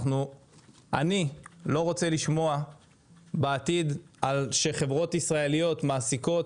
אני לא רוצה לשמוע בעתיד על כך שחברות ישראליות מעסיקות